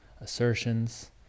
assertions